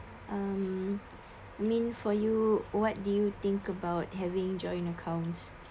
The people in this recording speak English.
um mean for you what do you think about having joint accounts